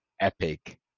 epic